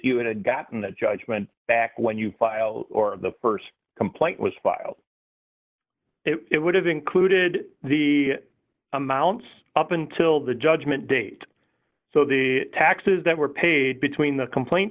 you and i've gotten the judgment back when you file or the st complaint was filed it would have included the amounts up until the judgment date so the taxes that were paid between the complaint